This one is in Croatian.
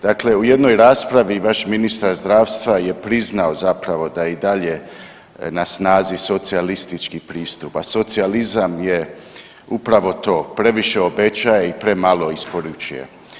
Dakle, u jednoj raspravi vaš ministar zdravstva je priznao zapravo da je i dalje na snazi socijalistički pristup, a socijalizam je upravo to, previše obećaje i premalo isporučuje.